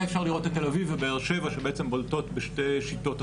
אפשר לראות את תל אביב ובאר שבע שבעצם בולטות בשתי שיטות הספירה.